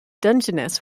dungeness